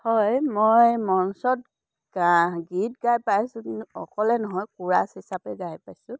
হয় মই মঞ্চত গা গীত গাই পাইছোঁ কিন্তু অকলে নহয় কোৰাছ হিচাপে গাই পাইছোঁ